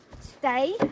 stay